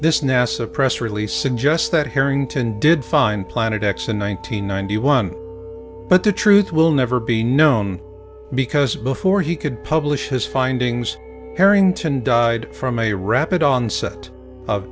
this nasa press release suggests that harrington did find planet x in one nine hundred ninety one but the truth will never be known because before he could publish his findings harrington died from a rapid onset of